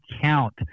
count